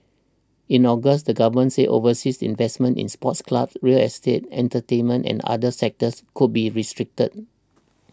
in August the government said overseas investments in sports clubs real estate entertainment and other sectors would be restricted